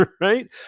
Right